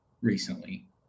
recently